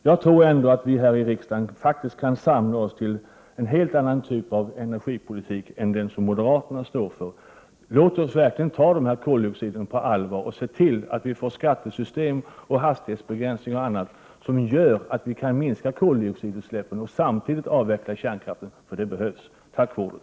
Jag tror faktiskt att vi här i riksdagen kan samla oss till en helt annan typ av energipolitik än den som moderaterna står för. Låt oss verkligen ta koldioxidutsläppen på allvar och se till att vi får skattesystem, hastighetsbegränsning och annat som gör att vi kan minska koldioxidutsläppen och samtidigt avveckla kärnkraften. Det behövs. Tack för ordet!